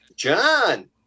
John